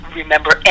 remember